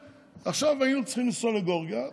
עכשיו היו צריכים לנסוע לגיאורגיה,